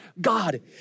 God